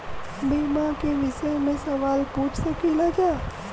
बीमा के विषय मे सवाल पूछ सकीलाजा?